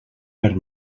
per